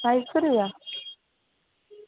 पंज सौ रपेआ